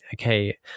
okay